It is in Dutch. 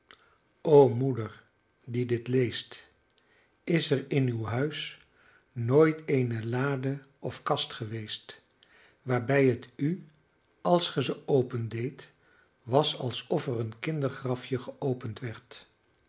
o moeder die dit leest is er in uw huis nooit eene lade of kast geweest waarbij het u als gij ze opendeedt was alsof er een kindergrafje geopend werd